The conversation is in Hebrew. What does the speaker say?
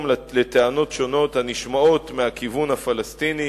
לטענות שונות הנשמעות מהכיוון הפלסטיני,